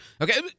okay